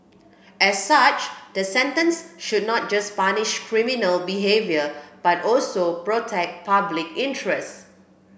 as such the sentence should not just punish criminal behaviour but also protect public interest